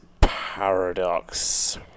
Paradox